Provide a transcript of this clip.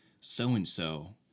so-and-so